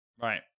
right